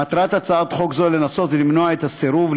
מטרת הצעת חוק זו לנסות למנוע את הסירוב,